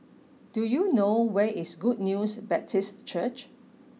do you know where is Good News Baptist Church